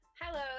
Hello